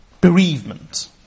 bereavement